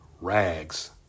rags